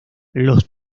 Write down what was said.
los